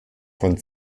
von